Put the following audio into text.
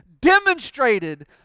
demonstrated